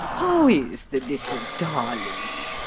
how is the little darling?